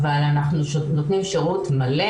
אבל אנחנו נותנים שירות מלא.